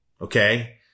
okay